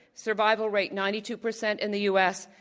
survival rate ninety two percent in the u. s,